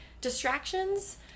distractions